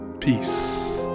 Peace